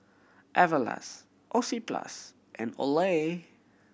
Everlast Oxyplus and Olay